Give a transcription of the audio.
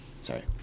sorry